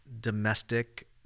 domestic